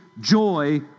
joy